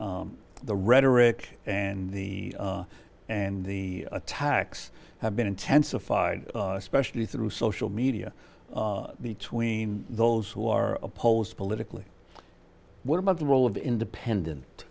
the the rhetoric and the and the attacks have been intensified especially through social media between those who are opposed politically what about the role of independent